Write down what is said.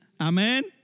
Amen